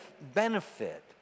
benefit